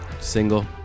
single